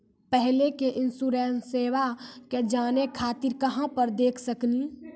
पहले के इंश्योरेंसबा के जाने खातिर कहां पर देख सकनी?